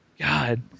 God